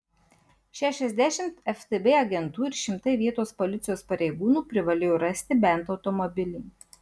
šešiasdešimt ftb agentų ir šimtai vietos policijos pareigūnų privalėjo rasti bent automobilį